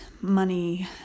money